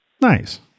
Nice